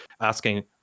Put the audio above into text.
asking